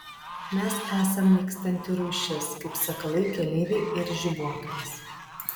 mes esam nykstanti rūšis kaip sakalai keleiviai ir žibuoklės